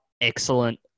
excellent